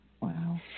Wow